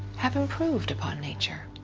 have improved upon nature.